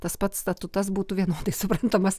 tas pats statutas būtų vienodai suprantamas